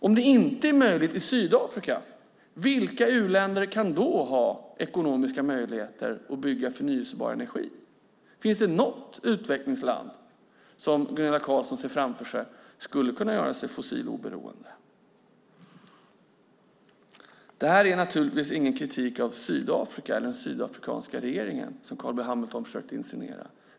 Om det inte är möjligt i Sydafrika, vilka u-länder kan då ha ekonomiska möjligheter att bygga förnybar energi? Finns det något utvecklingsland som skulle kunna göra sig fossiloberoende, Gunilla Carlsson? Detta är givetvis ingen kritik av Sydafrika eller den sydafrikanska regeringen, vilket Carl B Hamilton försökte insinuera.